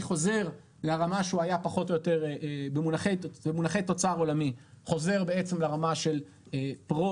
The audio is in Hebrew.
חוזר במונחי תוצר עולמי לרמה שהוא היה פחות או יותר פרה